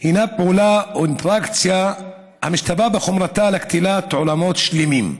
היא פעולה או אינטראקציה המשתווה בחומרתה לקטילת עולמות שלמים.